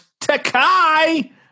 Takai